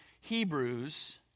Hebrews